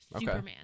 Superman